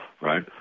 right